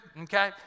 Okay